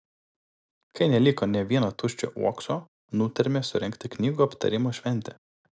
kai neliko nė vieno tuščio uokso nutarėme surengti knygų aptarimo šventę